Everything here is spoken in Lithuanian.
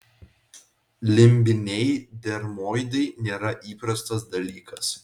limbiniai dermoidai nėra įprastas dalykas